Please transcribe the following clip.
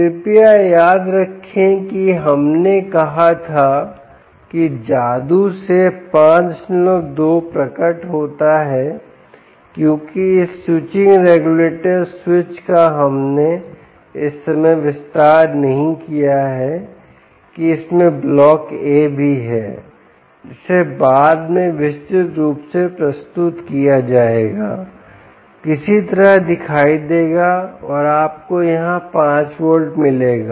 कृपया याद रखें कि हमने कहा था कि जादू से 52 प्रकट होता है क्योंकि इस स्विचिंग रेगुलेटर स्विच का हमने इस समय विस्तार नहीं किया है कि इसमें ब्लॉक A भी है जिसे बाद में विस्तृत रूप से प्रस्तुत किया जाएगा किसी तरह दिखाई देगा और आपको यहां 5 वोल्ट मिलेगा